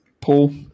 Paul